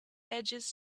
edges